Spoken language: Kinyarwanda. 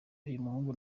uyumuhungu